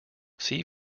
see